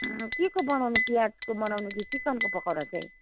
के को बनाउनु प्याजको बनाउनु कि चिकनको पकौडा चाहिँ